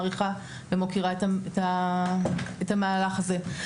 מעריכה ומוקירה את המהלך הזה.